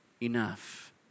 enough